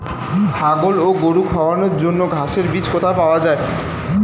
ছাগল ও গরু খাওয়ানোর জন্য ঘাসের বীজ কোথায় পাওয়া যায়?